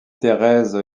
thérèse